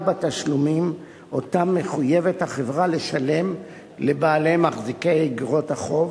בתשלומים שאותם מחויבת החברה לשלם לבעלי מחזיקי איגרות החוב,